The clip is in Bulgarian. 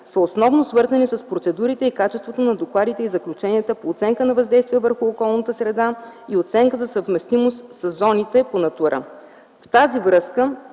са основно свързани с процедурите и качеството на докладите и заключенията по оценка на въздействие върху околната среда и оценка за съвместимост със зоните по „Натура”. В тази връзка